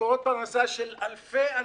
מקורות פרנסה של אלפי אנשים,